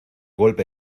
golpe